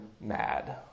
mad